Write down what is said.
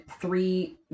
three